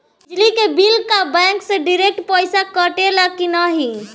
बिजली के बिल का बैंक से डिरेक्ट पइसा कटेला की नाहीं?